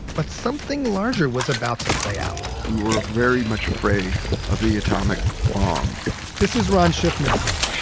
but something larger was about to play out we were very much afraid of the atomic bomb this is ron shiffman again.